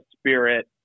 spirit